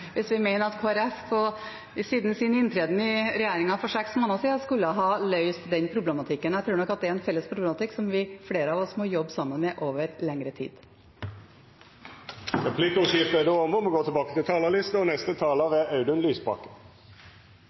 hvis vi mener at Kristelig Folkeparti siden sin inntreden i regjeringen for seks måneder siden skulle ha løst den problematikken. Jeg tror nok at det er en felles problematikk som flere av oss må jobbe sammen om over lengre tid. Replikkordskiftet er omme. Vi behandler denne budsjettrevisjonen i en situasjon hvor den folkelige uroen i landet vårt er